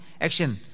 action